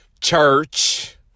church